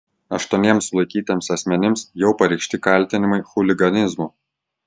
aštuoniems sulaikytiems asmenims jau pareikšti kaltinimai chuliganizmu